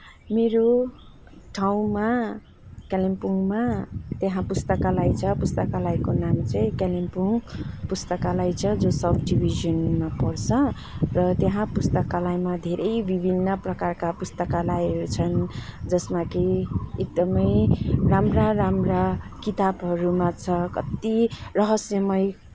मेरो ठाउँमा कालिम्पोङमा त्यहाँ पुस्तकालय छ पुस्तकालयको नाम चाहिँ कालिम्पोङ पुस्तकालय छ जो सब डिभिजनमा पर्छ र त्यहाँ पुस्तकालयमा धेरै विभिन्न प्रकारका पुस्तकालयहरू छन् जसमा कि एकदमै राम्रा राम्रा किताबहरूमा छ कत्ति रहस्यमय